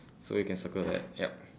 so you can circle that yep